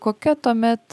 kokia tuomet